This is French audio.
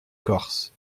corse